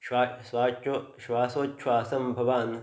श्वासः श्वासः श्वासोछ्वासं भवान्